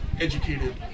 educated